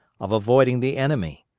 of avoiding the enemy.